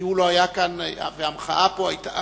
כי הוא לא היה כאן והמחאה פה היתה